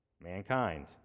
Mankind